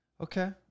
okay